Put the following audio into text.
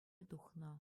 тухнӑ